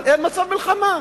אבל אין מצב מלחמה.